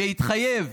שהתחייב